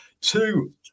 two